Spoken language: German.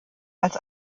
als